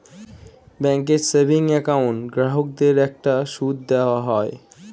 ব্যাঙ্কের savings account গ্রাহকদের একটা সুদ দেওয়া হয়